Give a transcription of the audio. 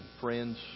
friends